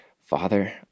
Father